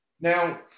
Now